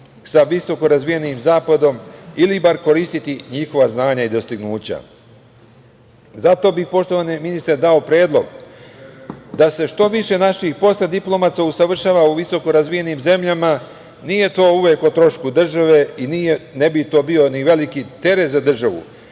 sa visoko razvijenim zapadom ili bar koristiti njihova znanja i dostignuća. Zato bi, poštovani ministre, dao predlog da se što više naših postdiplomaca usavršava u visoko razvijenim zemljama. Nije to uvek o trošku države i ne bi to bio ni veliki teret za državu.